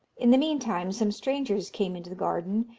in the meantime some strangers came into the garden,